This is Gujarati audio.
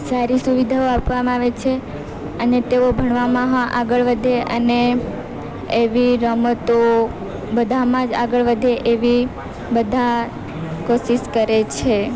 સારી સુવિધાઓ આપવામાં આવે છે અને તેઓ ભણવામાં આગળ વધે અને એવી રમતો બધામાં જ આગળ વધે એવી બધા કોશિશ કરે છે